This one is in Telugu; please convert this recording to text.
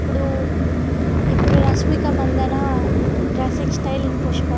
ఇప్పుడు ఇప్పుడు Rashmika Mandanna dressing style in Pushpa